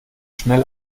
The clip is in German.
schnell